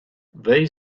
they